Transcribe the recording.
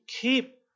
keep